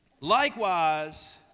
Likewise